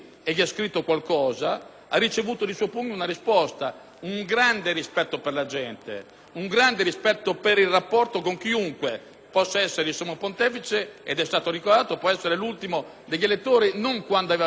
ha ricevuto di suo pugno una risposta. Ciò denota un grande rispetto per la gente, un grande rispetto per il rapporto con chiunque, possa essere il Sommo Pontefice - ed è stato ricordato - o l'ultimo degli elettori, non quando aveva bisogno delle preferenze.